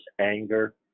anger